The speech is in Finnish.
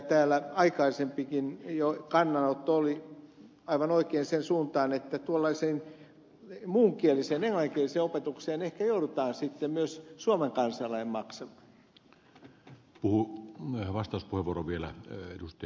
täällä aikaisempikin kannanotto oli aivan oikein sen suuntainen että tuollaisesta muunkielisestä englanninkielisestä opetuksesta ehkä joutuu sitten myös suomen kansalainen maksamaan